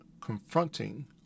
confronting